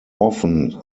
often